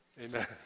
Amen